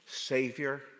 Savior